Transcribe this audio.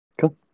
Cool